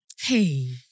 Hey